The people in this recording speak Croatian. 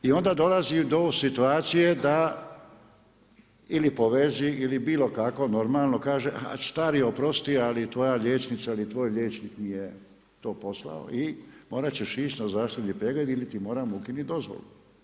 I onda dolazi do situacije da ili po vezi ili bilo kako normalno kaže, a stari oprosti, ali tvoja liječnica ili tvoj liječnik mi je to poslao i morat ćeš ići na zdravstveni pregled ili ti moramo ukinuti dozvolu.